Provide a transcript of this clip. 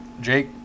Jake